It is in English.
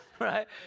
right